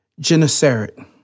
Genesaret